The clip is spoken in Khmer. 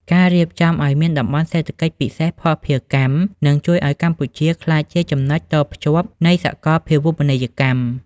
ការរៀបចំឱ្យមាន "តំបន់សេដ្ឋកិច្ចពិសេសភស្តុភារកម្ម" នឹងជួយឱ្យកម្ពុជាក្លាយជាចំណុចតភ្ជាប់នៃសកលភាវូបនីយកម្ម។